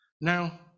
Now